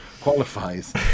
qualifies